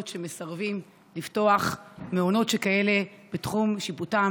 שמסרבים לפתוח מעונות שכאלה בתחום שיפוטם.